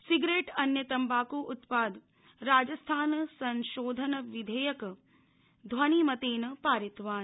cigarette अन्य तम्बाकू उत्पाद राजस्थान संशोधन विधेयक ऐषमः ध्वनिमतेन पारितवान्